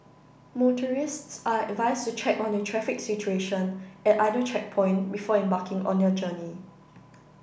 motorists are advised to check on the traffic situation at either checkpoint before embarking on their journey